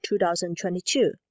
2022